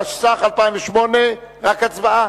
התשס"ח 2008. רק הצבעה.